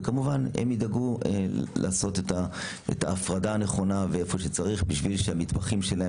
וכמובן הם ידאגו לעשות את ההפרדה הנכונה היכן שצריך כאשר גם המטבחים שלהם